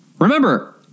Remember